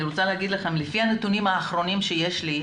לפי הנתונים האחרונים שיש לי,